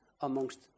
amongst